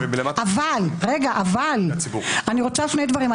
אבל אני רוצה לומר שני דברים.